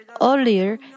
Earlier